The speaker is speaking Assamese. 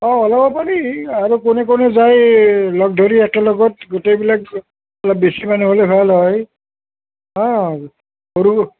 অঁ ওলাব পাৰি আৰু কোনে কোনে যায় লগ ধৰি একেলগত গোটেইবিলাক একে লগত বেছি মানুহ হ'লে ভাল হয় অঁ সৰু